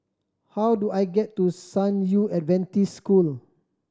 how do I get to San Yu Adventist School